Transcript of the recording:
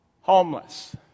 homeless